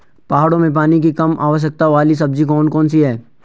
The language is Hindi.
पहाड़ों में पानी की कम आवश्यकता वाली सब्जी कौन कौन सी हैं?